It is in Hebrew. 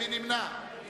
מי נמנע?